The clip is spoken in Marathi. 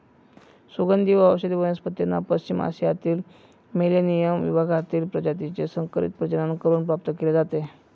सुगंधी व औषधी वनस्पतींना पश्चिम आशियातील मेलेनियम विभागातील प्रजातीचे संकरित प्रजनन करून प्राप्त केले जाते